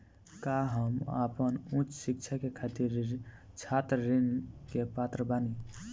का हम आपन उच्च शिक्षा के खातिर छात्र ऋण के पात्र बानी?